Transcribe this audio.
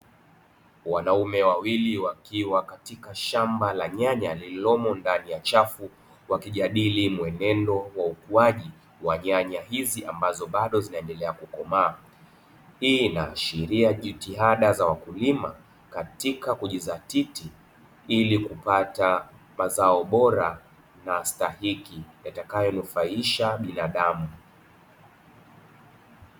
Wanaume wawili wakiwa katika shamba la nyanya; lililomo ndani ya chafu, wakijadili mwenendo wa ukuaji wa nyanya hizi ambazo bado zinaendelea kukomaa. Hii inaashiria jitihada za wakulima katika kujizatiti ili kupata mazao bora na stahiki, yatakayonufaisha binadamu.